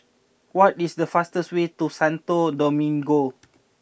what is the fastest way to Santo Domingo